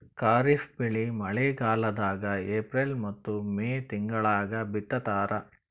ಖಾರಿಫ್ ಬೆಳಿ ಮಳಿಗಾಲದಾಗ ಏಪ್ರಿಲ್ ಮತ್ತು ಮೇ ತಿಂಗಳಾಗ ಬಿತ್ತತಾರ